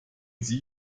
sie